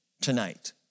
tonight